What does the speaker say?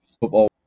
football